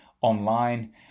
online